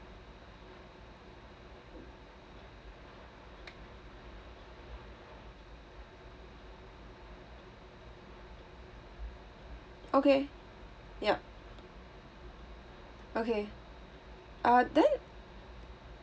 okay yup okay uh then